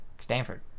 Stanford